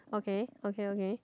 okay okay okay